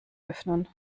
öffnen